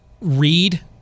read